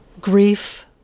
Grief